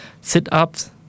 Sit-ups